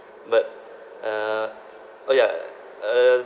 but uh orh ya uh